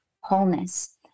wholeness